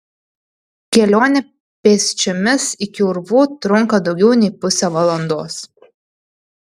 kelionė pėsčiomis iki urvų trunka daugiau nei pusę valandos